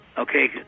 Okay